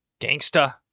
Gangsta